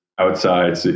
outside